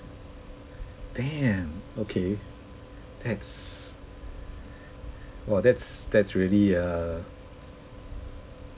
damn okay that's !wah! that's that's really err